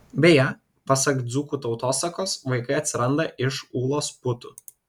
beje pasak dzūkų tautosakos vaikai atsiranda iš ūlos putų